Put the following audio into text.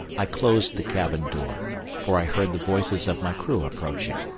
i closed the cabin door, for i heard the voices of my crew approaching.